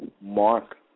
Mark